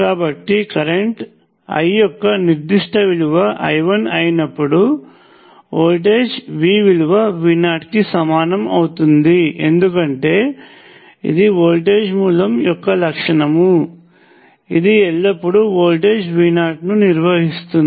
కాబట్టి current I యొక్క నిర్దిష్ట విలువ II అయినప్పుడు వోల్టేజ్ V విలువ V0 కి సమానం అవుతుంది ఎందుకంటే ఇది వోల్టేజ్ మూలం యొక్క లక్షణం ఇది ఎల్లప్పుడూ వోల్టేజ్ V0 ని నిర్వహిస్తుంది